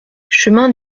chemin